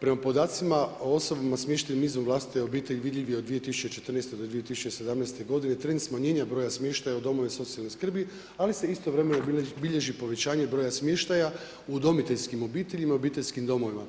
Prema podacima o osobama smještenim izvan vlastite obitelji vidljiv je od 2014. do 2017. godine trend smanjenja broja smještaja u domovima socijalne skrbi, ali se istovremeno bilježi povećanje broja smještaja u udomiteljskim obiteljima, obiteljskim domovima.